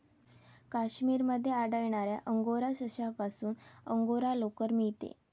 काश्मीर मध्ये आढळणाऱ्या अंगोरा सशापासून अंगोरा लोकर मिळते